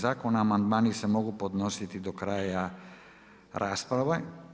Zakon i amandmani se mogu podnosit do kraja rasprave.